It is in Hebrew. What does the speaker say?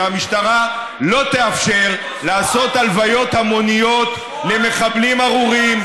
והמשטרה לא תאפשר לעשות הלוויות המוניות למחבלים ארורים,